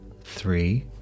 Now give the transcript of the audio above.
three